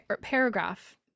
paragraph